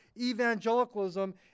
evangelicalism